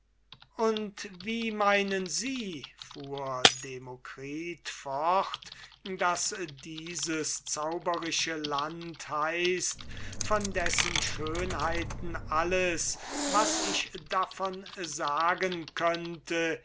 und wie meinen sie fuhr demokritus fort nennt sich dies zauberische land von dessen schönheiten alles was ich davon sagen könnte